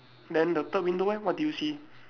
then the third window leh what do you see